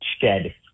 shed